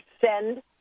send